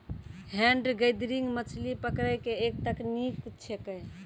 hand gathering मछली पकड़ै के एक तकनीक छेकै